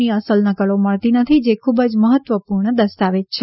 ની અસલ નકલો મળતી નથી જે ખૂબ જ મહત્વપૂર્ણ દસ્તાવેજ છે